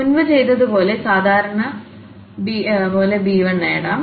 മുമ്പ് ചെയ്തതുപോലെ സാധാരണ പോലെ b1നേടാം